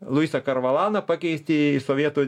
luisą karvalaną pakeisti į sovietų